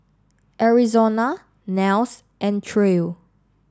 Arizona Nels and Trae